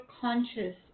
conscious